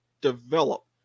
develop